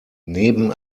neben